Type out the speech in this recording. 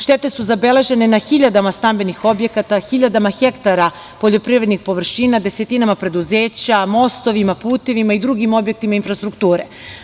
Štete su zabeležene na hiljadama stambenih objekata, hiljadama hektara poljoprivrednih površina, desetinama preduzeća, mostovima, putevima i drugim objektima infrastrukture.